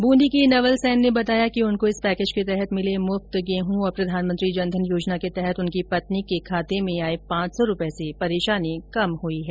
बूंदी के नवल सेन ने बताया कि उनको इस पैकेज के तहत मिले मुफ्त गेहूं और प्रधानमंत्री जनधन योजना के तहत उनकी पत्नी के खाते में आए पांच सौ रूपए से परेशानी कम हो गयी है